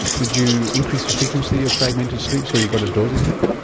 did you increase the frequency of fragmented sleep so you got a dose effect?